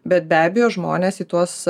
bet be abejo žmonės į tuos